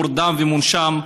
מורדם ומונשם,